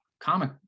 comic